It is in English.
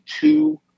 two